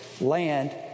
land